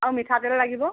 আৰু মিঠাতেল লাগিব